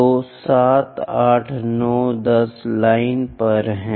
तो 7 8 9 10 लाइन यह है